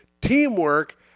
Teamwork